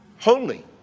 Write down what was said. Holy